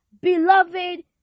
beloved